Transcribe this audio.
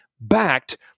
backed